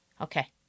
Okay